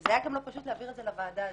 זה היה גם לא פשוט להעביר את זה לוועדה הזו,